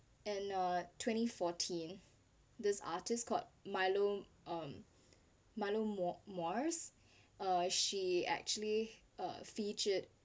in uh twenty fourteen this artist called milo on~ milo moire uh she actually uh featured